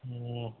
ம்